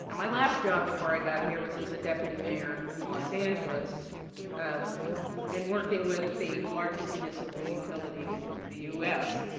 and my last job before i got here was as a deputy mayor in los angeles and working with the largest municipal utility in the u s.